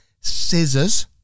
scissors